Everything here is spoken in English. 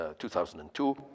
2002